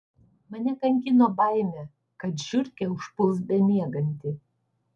mane kankino baimė kad žiurkė užpuls bemiegantį